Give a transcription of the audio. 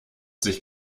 sich